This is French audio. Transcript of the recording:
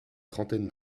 trentaine